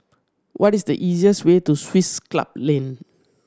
what is the easiest way to Swiss Club Lane